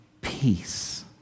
peace